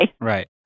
Right